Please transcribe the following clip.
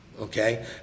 okay